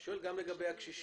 אני שואל גם לגבי הקשישים.